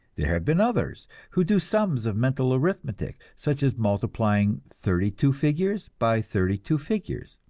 there have been others who do sums of mental arithmetic, such as multiplying thirty-two figures by thirty-two figures,